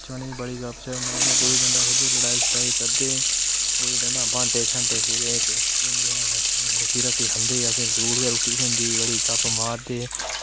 बचपनै च बड़ी गपशप मारदे गु'ल्ली डंडा खेढदे लड़ाई शड़ाई करदे हे गुल्ली डंडा बांटे शांटे खेढ़दे रुट्टी रट्टी खंदे हे अस स्कूल गै रुट्टी थ्होंदी ही बड़ी भापा मारदे हे